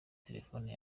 telefone